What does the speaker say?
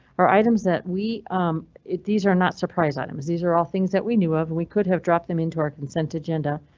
are items that we do. these are not surprise items. these are all things that we knew of. we could have dropped them into our consent agenda,